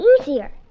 easier